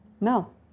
No